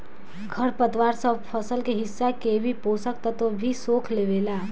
खर पतवार सब फसल के हिस्सा के भी पोषक तत्व भी सोख लेवेला